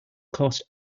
cost